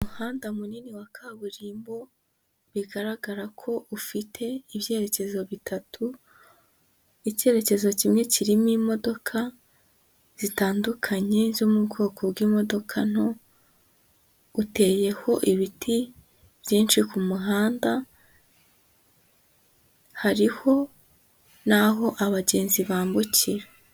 Umuhanda munini wa kaburimbo bigaragara ko ufite ibyerekezo bitatu, icyerekezo kimwe kirimo imodoka zitandukanye zo mu bwoko bw'imodoka nto, uteyeho ibiti byinshi ku muhanda, hariho naho abagenzi bambukira.